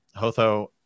Hotho